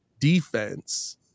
defense